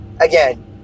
again